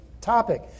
topic